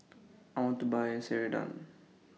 I want to Buy Ceradan